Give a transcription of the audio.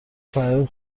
فریاد